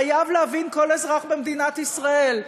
חייב להבין כל אזרח במדינת ישראל,